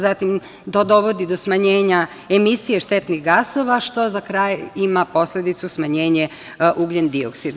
Zatim, to dovodi do smanjenja emisije štetnih gasova, što za kraj ima posledicu smanjenja ugljen-dioksida.